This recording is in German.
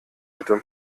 bitte